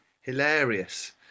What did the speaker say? hilarious